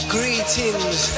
Greetings